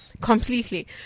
completely